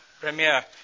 premier